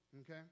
Okay